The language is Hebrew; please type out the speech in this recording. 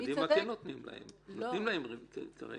קדימה כן נותנים להם את ה-25%.